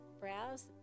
browse